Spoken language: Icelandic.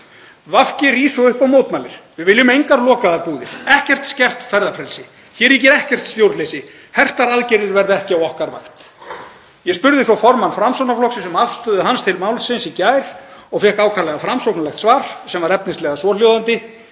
VG rís upp og mótmælir: Við viljum engar lokaðar búðir, ekkert skert ferðafrelsi, hér ríkir ekkert stjórnleysi, hertar aðgerðir verða ekki á okkar vakt. Ég spurði svo formann Framsóknarflokksins um afstöðu hans til málsins í gær og fékk ákaflega framsóknarlegt svar sem var efnislega svohljóðandi: